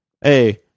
Hey